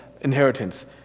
inheritance